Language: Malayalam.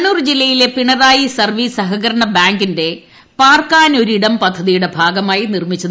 കണ്ണൂർ ജില്ലയിലെ പിണറായി സർവീസ് സഹകരണ ബാങ്കിന്റെ പാർക്കാനൊരിടം പദ്ധതിയുടെ ഭാഗമായി നിർമ്മിച്ചു